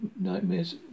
nightmares